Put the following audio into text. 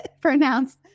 pronounce